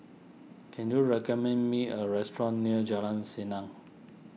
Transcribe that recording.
can you recommend me a restaurant near Jalan Senang